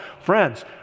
Friends